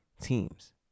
teams